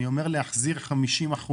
אני אומר להחזיר 50%,